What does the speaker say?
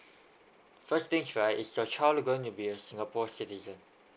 first things right is your child going to be a singapore citizen